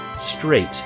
straight